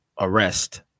arrest